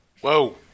whoa